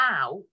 out